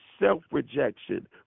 self-rejection